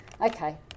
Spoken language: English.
Okay